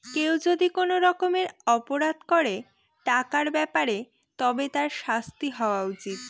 কেউ যদি কোনো রকমের অপরাধ করে টাকার ব্যাপারে তবে তার শাস্তি হওয়া উচিত